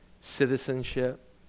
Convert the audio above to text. citizenship